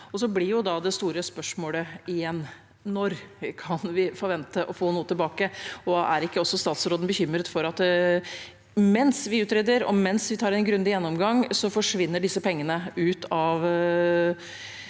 Igjen blir det store spørsmålet: Når kan vi forvente å få noe tilbake? Er ikke også statsråden bekymret for at mens vi utreder, og mens vi tar en grundig gjennomgang, forsvinner disse pengene ut av